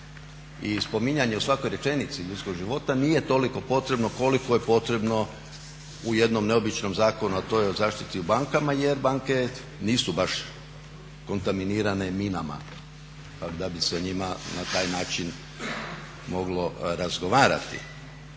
I spominjanje u svakoj rečenici ljudskog života nije toliko potrebno koliko je potrebno u jednom neobičnom zakonu a to je u zaštiti o bankama jer banke nisu baš kontaminirane minama da bi se o njima na taj način moglo razgovarati.